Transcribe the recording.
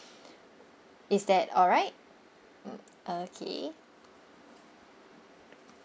is that all right mm okay